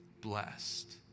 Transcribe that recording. blessed